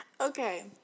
Okay